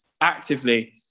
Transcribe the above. actively